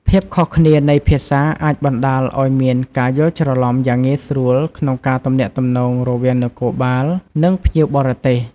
ភាពខុសគ្នានៃភាសាអាចបណ្តាលឲ្យមានការយល់ច្រឡំយ៉ាងងាយស្រួលក្នុងការទំនាក់ទំនងរវាងនគរបាល និងភ្ញៀវបរទេស។